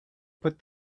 put